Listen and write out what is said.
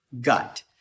gut